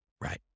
right